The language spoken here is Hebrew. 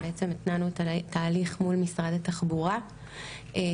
התנענו את התהליך מול משרד התחבורה,